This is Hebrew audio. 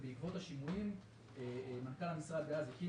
בעקבות השינויים מנכ"ל המשרד דאז הקים